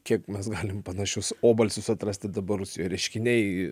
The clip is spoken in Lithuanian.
kiek mes galim panašius obalsius atrasti dabar rusijoj reiškiniai